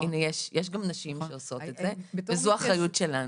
הנה יש גם נשים שעושות את זה" וזו האחריות שלנו.